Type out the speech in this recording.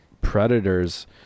predators